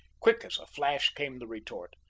quick as a flash came the retort.